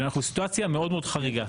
היא סיטואציה מאוד מאוד חריגה.